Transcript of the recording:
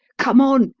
come on,